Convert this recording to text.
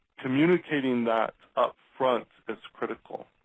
communicating that up front is critical.